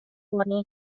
کنی